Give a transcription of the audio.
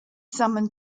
summoned